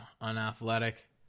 unathletic